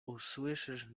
usłyszysz